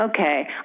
okay